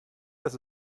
das